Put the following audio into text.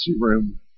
room